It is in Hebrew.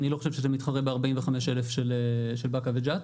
אני לא חושב שזה מתחרה ב-45,000 של באקה וג'ת.